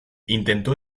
intento